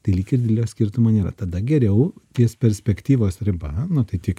tai lyg ir didelio skirtumo nėra tada geriau ties perspektyvos riba nu tai tik jau